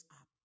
up